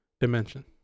dimension